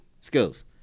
Skills